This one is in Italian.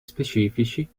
specifici